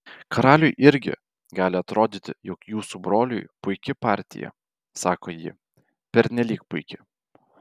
karaliui irgi gali atrodyti jog jūsų broliui puiki partija sako ji pernelyg puiki